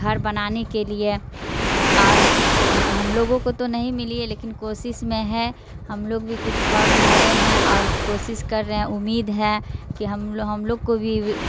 گھر بنانے کے لیے اور ہم ہم لوگوں کو تو نہیں ملی لیکن کوشش میں ہے ہم لوگ بھی کچھ پھارم بھرے ہیں اور کوشش کر رہے ہیں امید ہے کہ ہم ہم لوگ کو بھی